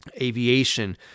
aviation